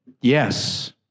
Yes